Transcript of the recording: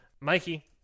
Mikey